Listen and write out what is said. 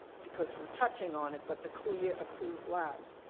because we're touching on it, but the clia approved labs,